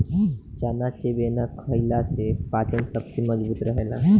चना चबेना खईला से पाचन शक्ति मजबूत रहेला